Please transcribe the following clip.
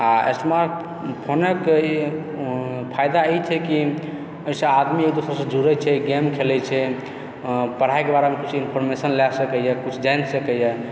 आ स्मार्ट फोनके ई फायदा ई छै कि ओहिसँ आदमी एक दूसरेसँ जुड़ैत छै गेम खेलैत छै पढ़ाइ दुआरे किछु इन्फॉरमेशन लए सकैए किछु जानि सकैए